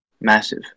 massive